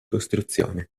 costruzione